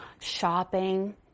shopping